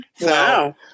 wow